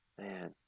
man